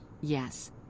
Yes